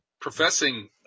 Professing